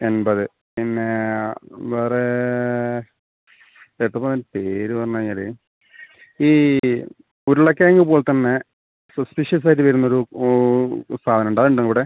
എൺപത് പിന്നേ വേറേ എന്തൂട്ടാ അതിന്റെ പേര് പറഞ്ഞേ ഈ ഉരുളകിഴങ്ങ് പോലത്തന്നെ ഒരു സസ്പീഷ്യസ് ആയിട്ടുള്ള ഒരു സാധനമുണ്ട് അതുണ്ടോ ഇവിടെ